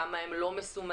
כמה הם לא מסומנים.